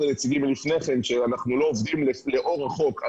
הנציגים לפני כן לא עובדים לאור החוק.